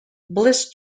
bliss